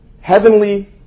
heavenly